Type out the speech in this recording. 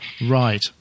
Right